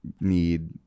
need